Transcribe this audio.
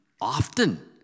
often